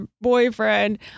boyfriend